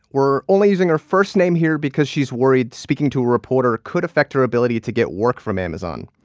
we're only using her first name here because she's worried speaking to a reporter could affect her ability to get work from amazon.